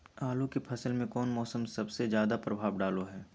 आलू के फसल में कौन मौसम सबसे ज्यादा प्रभाव डालो हय?